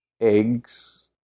eggs